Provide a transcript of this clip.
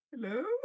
Hello